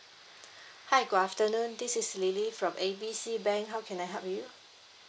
hi good afternoon this is lily from A B C bank how can I help you